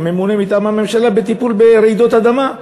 כממונה מטעם הממשלה על טיפול ברעידות אדמה,